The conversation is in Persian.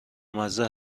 مزه